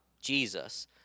Jesus